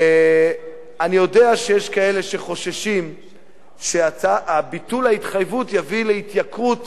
אני יודע שיש כאלה שחוששים שביטול ההתחייבות יביא להתייקרות